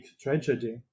tragedy